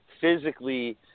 physically